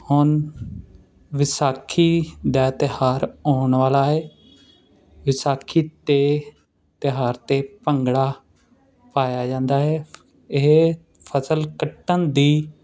ਹੁਣ ਵਿਸਾਖੀ ਦਾ ਤਿਉਹਾਰ ਆਉਣ ਵਾਲਾ ਹੈ ਵਿਸਾਖੀ 'ਤੇ ਤਿਉਹਾਰ 'ਤੇ ਭੰਗੜਾ ਪਾਇਆ ਜਾਂਦਾ ਹੈ ਇਹ ਫਸਲ ਕੱਟਣ ਦੀ